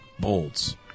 bolts